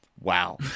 Wow